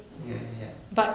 ya ya ya